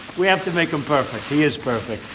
we have to make him perfect. he is perfect.